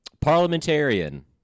parliamentarian